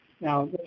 Now